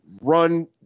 run